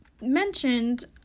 mentioned